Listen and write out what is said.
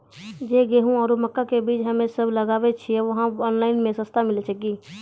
जे गेहूँ आरु मक्का के बीज हमे सब लगावे छिये वहा बीज ऑनलाइन मे सस्ता मिलते की?